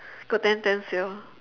got ten ten sale